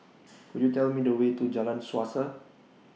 Could YOU Tell Me The Way to Jalan Suasa